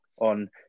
on